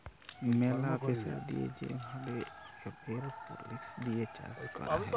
ম্যালা প্রেসার দিয়ে যে ভাবে এরওপনিক্স দিয়ে চাষ ক্যরা হ্যয়